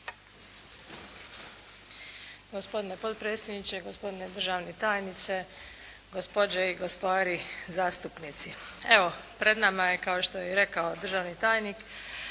Gospodine potpredsjedniče, gospodine državni tajniče, gospođe i gospari zastupnici. Evo, pred nama je kao što je rekao državni tajnik,